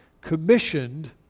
commissioned